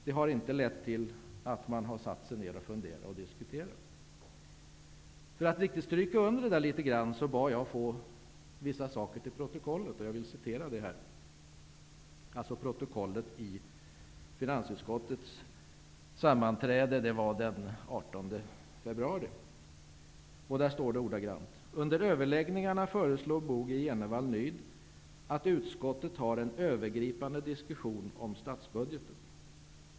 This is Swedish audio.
Det har inte lett till att man har satt sig ned och funderat och diskuterat. För att riktigt stryka under detta bad jag att få vissa saker till protokollet, som jag vill citera här. Det är protokollet för finansutskottets sammanträde den 18 februari. Där står ordagrant: att utskottet har en övergripande diskussion om statsbudgeten.